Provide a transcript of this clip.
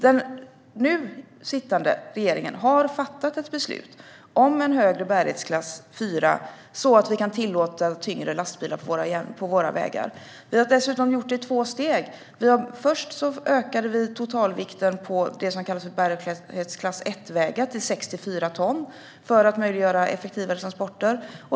Den nu sittande regeringen har fattat beslut om en högre bärighetsklass, BK4, så att vi kan tillåta tyngre lastbilar på våra vägar. Vi har dessutom gjort det i två steg. Först ökade vi totalvikten på det som kallas bärighetsklass 1-vägar till 64 ton för att möjliggöra effektivare transporter.